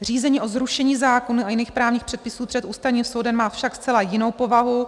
Řízení o zrušení zákona a jiných právních předpisů před Ústavním soudem má však zcela jinou povahu.